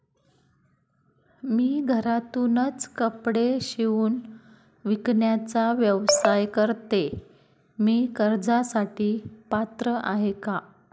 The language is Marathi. मी घरातूनच कपडे शिवून विकण्याचा व्यवसाय करते, मी कर्जासाठी पात्र आहे का?